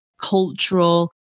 cultural